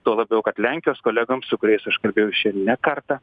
tuo labiau kad lenkijos kolegoms su kuriais aš kabėjau čia ne kartą